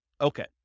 Okay